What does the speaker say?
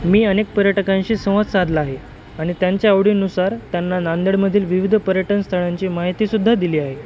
मी अनेक पर्यटकांशी संवाद साधला आहे आणि त्यांच्या आवडीनुसार त्यांना नांदेडमधील विविध पर्यटनस्थळांची माहितीसुद्धा दिली आहे